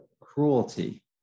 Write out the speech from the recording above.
cruelty